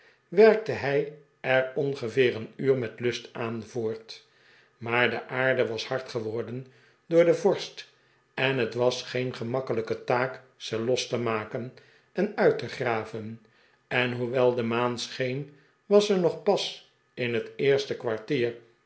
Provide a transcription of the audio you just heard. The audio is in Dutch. werkte hij er ongeveer een uur met lust aan voort maar de aarde was hard geworden door de vorst en het was geen gemakkelijke taak ze los te maken en uit te graven en hoewel de maan scheen was ze nog pas in het eerste kwartier